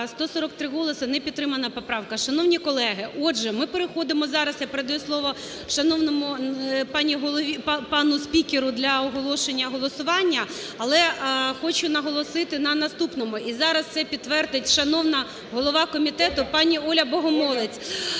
За-143 Не підтримана поправка. Шановні колеги! Отже, ми переходимо зараз, я передаю слово шановному пану спікеру для оголошення голосування. Але хочу наголосити на наступному. І зараз це підтвердить шановна голова комітету пані Оля Богомолець.